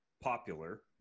popular